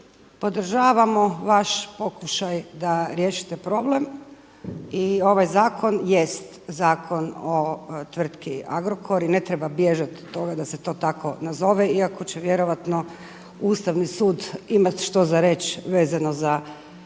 podržavamo vaš pokušaj da riješite problem i ovaj zakon jest Zakon o tvrtki Agrokor i ne treba bježat od toga da se to tako nazove, iako će vjerojatno Ustavni sud imat što za reć vezano za zakon